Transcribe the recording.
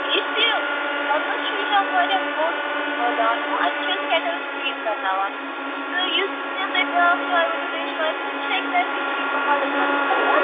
یُس یہِ بَنگَس چھُ یہِ چھُ اَکھ واریاہ بوٚڈ مٲدان ہیٛوٗ اَتہِ چھِ أسۍ کیٹٕل فیٖڈ کَرناوان تہٕ یُس مےٚ تۄہہِ بیٛاکھ جاے ؤنوٕ ریٚشواری یہِ چھےٚ ایٚکزیٹلی چھِ یہِ پہاڑَن منٛز آسان